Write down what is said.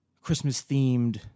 Christmas-themed